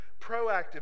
proactive